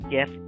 Yes